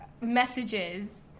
messages